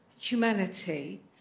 humanity